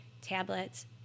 tablets